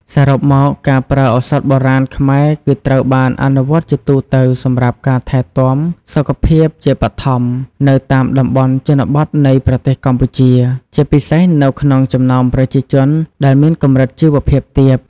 សរុបមក ការប្រើឱសថបុរាណខ្មែរគឺត្រូវបានអនុវត្តជាទូទៅសម្រាប់ការថែទាំសុខភាពជាបឋមនៅតាមតំបន់ជនបទនៃប្រទេសកម្ពុជា ជាពិសេសនៅក្នុងចំណោមប្រជាជនដែលមានកម្រិតជីវភាពទាប